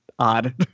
Odd